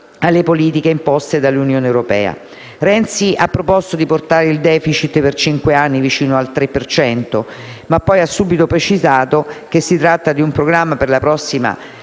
Renzi ha proposto di portare il *deficit* per cinque anni vicino al 3 per cento, ma poi ha subito precisato che si tratta di un programma per la prossima legislatura